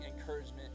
encouragement